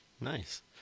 nice